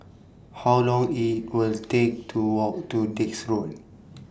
How Long IT Will Take to Walk to Dix Road